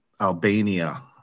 Albania